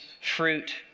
fruit